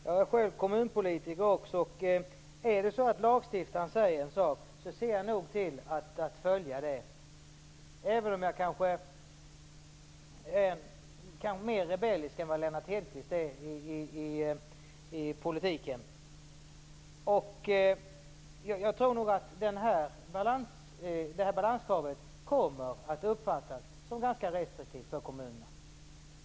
Fru talman! Jag är själv kommunpolitiker också, och om lagstiftaren säger en sak ser jag nog till att följa det - även om jag kanske är mer rebellisk än vad Lennart Hedquist är i politiken. Jag tror nog att det här balanskravet kommer att uppfattas som ganska restriktivt för kommunerna.